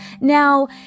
Now